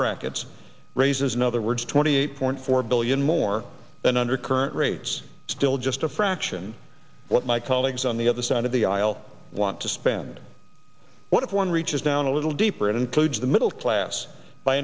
brackets raises in other words twenty eight point four billion more than under current rates still just a fraction of what my colleagues on the other side of the aisle want to spend what if one reaches down a little deeper and includes the middle class by